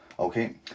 Okay